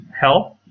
health